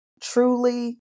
truly